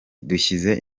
dushyize